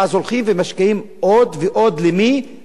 אז הולכים ומשקיעים עוד ועוד, למי?